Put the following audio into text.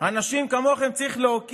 האם חשובה הדחת ראש הממשלה יותר מהכנעת